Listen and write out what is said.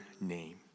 name